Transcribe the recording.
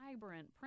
vibrant